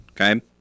Okay